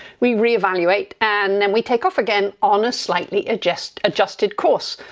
we reevaluate and then, we take off again on a slightly adjust adjusted course.